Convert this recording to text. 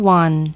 one